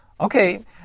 okay